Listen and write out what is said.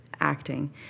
acting